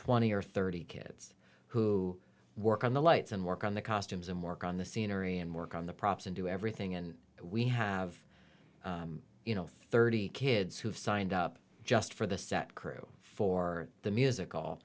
twenty or thirty kids who work on the lights and work on the costumes and work on the scenery and work on the props and do everything and we have you know thirty kids who have signed up just for the set crew for the musical